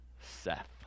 Seth